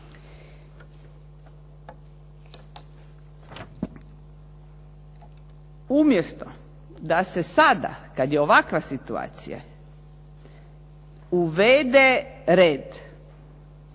Umjesto da se sada kada je ovakva situacija uvede red